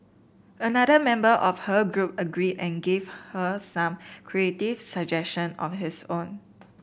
another member of her group agreed and gave her some creative suggestion of his own